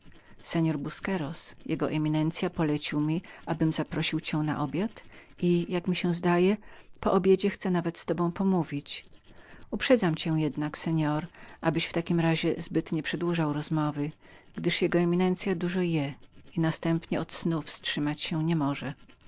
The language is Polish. seor busqueros jego eminencya poleciła mi abym zaprosił cię na obiad i o ile mi się zdaje po obiedzie chce nawet z tobą pomówić uprzedzam cię jednak seor abyś w takim razie zbyt nie przedłużał rozmowy gdyż jego eminencya dużo je i następnie od snu wstrzymać się nie może